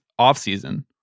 offseason